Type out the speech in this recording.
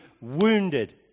wounded